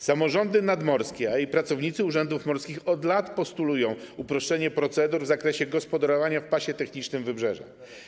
Samorządy nadmorskie, a i pracownicy urzędów morskich od lat postulują uproszczenie procedur w zakresie gospodarowania w pasie technicznym wybrzeża.